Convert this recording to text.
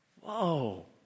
Whoa